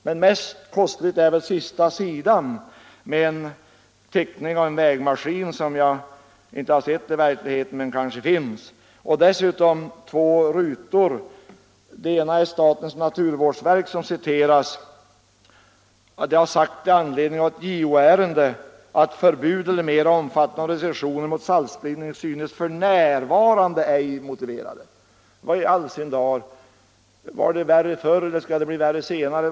Det mest kostliga är sista sidan med en bild av en vägmaskin som jag inte har sett i verkligheten men som kanske finns. Där förekommer också två rutor med text, och i den ena citeras vad statens naturvårdsverk har sagt i anledning av ett JO-ärende, nämligen att ”förbud eller mera omfattande restriktioner mot saltspridning synes f.n. ej motiverade”. Vad i all sin dar menar man? Var det värre förr, eller skall det bli värre senare?